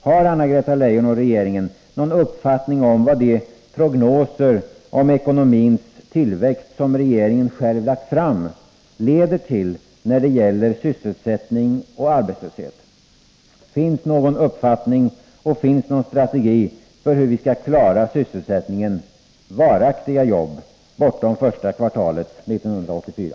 Har Anna-Greta Leijon och regeringen någon uppfattning om vad de prognoser om ekonomins tillväxt som regeringen lagt fram leder till när det gäller sysselsättning och arbetslöshet? Finns någon uppfattning och finns någon strategi för hur vi skall klara sysselsättningen — med varaktiga jobb — bortom första kvartalet 1984?